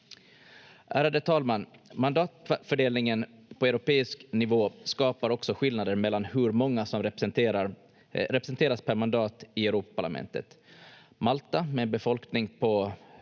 Ärade talman! Mandatfördelningen på europeisk nivå skapar också skillnader mellan hur många som representeras per mandat i Europaparlamentet. Malta, med en befolkning på